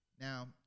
Now